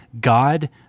God